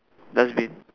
dustbin